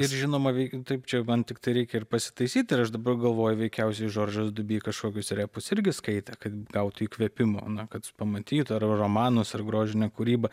ir žinoma veik taip čia man tiktai reikia ir pasitaisyt ir aš dabar galvoju veikiausiai žoržas dubi kažkokius repus irgi skaitė kad gautų įkvėpimo na kad pamatytų ar romanuose ar grožinę kūrybą